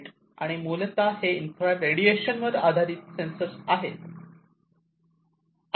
तर हे मूलतः इन्फ्रारेड रेडिएशन वर आधारित असते